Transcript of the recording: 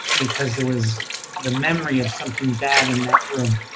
because there was the memory of something bad in that room.